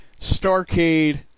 Starcade